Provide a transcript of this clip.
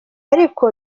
ariko